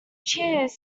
cheers